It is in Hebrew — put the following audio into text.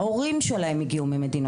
ההורים שלהם כן.